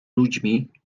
ludźmi